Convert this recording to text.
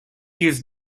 use